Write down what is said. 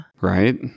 Right